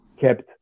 kept